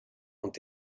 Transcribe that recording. ont